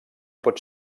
pot